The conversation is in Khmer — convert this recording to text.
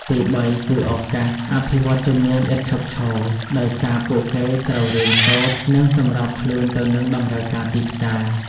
ទីបី គឺឱកាស អភិវឌ្ឍជំនាញឥតឈប់ឈរ ដោយសារពួកគេត្រូវរៀនសូត្រ និងសម្របខ្លួនទៅនឹងតម្រូវការទីផ្សារ។